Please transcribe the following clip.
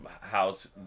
House